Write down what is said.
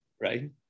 right